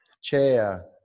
chair